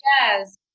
yes